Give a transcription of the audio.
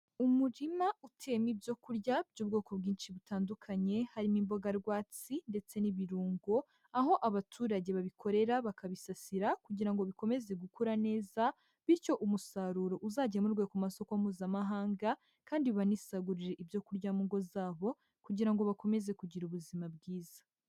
Umurima uteyemo ibyo kurya by'ubwoko bwinshi butandukanye, harimo imboga rwatsi ndetse n'ibirungo, aho abaturage babikorera bakabisasira kugira ngo bikomeze gukura neza bityo umusaruro uzagemurwe ku masoko mpuzamahanga kandi banisagurire ibyo kurya mu ngo zabo kugira ngo bakomeze kugira ubuzima bwiza.